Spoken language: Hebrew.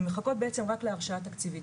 הן מחכות בעצם רק להרשאה תקציבית.